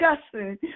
discussing